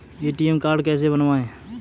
ATM card कैसे बनवाएँ?